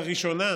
לראשונה,